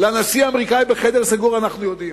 לנשיא האמריקני בחדר סגור אנחנו יודעים,